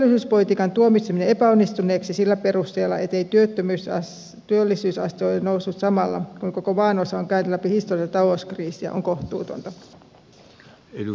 kuitenkin työllisyyspolitiikan tuomitseminen epäonnistuneeksi sillä perusteella ettei työllisyysaste ole noussut samalla kun koko maanosa on käynyt läpi historiallista talouskriisiä on kohtuutonta